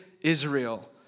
Israel